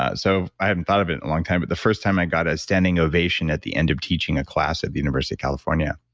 ah so i haven't thought of it in a long time. but the first time i got a standing ovation, at the end of teaching a class at the university of california.